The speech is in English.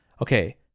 okay